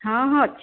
ହଁ ହଁ ଅଛି